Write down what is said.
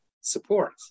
support